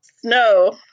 Snow